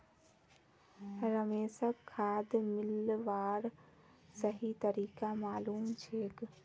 रमेशक खाद मिलव्वार सही तरीका मालूम छेक